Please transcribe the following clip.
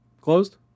closed